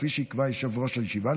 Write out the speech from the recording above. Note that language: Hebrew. כפי שיקבע יושב-ראש הישיבה,